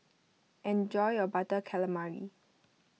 enjoy your Butter Calamari